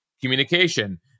communication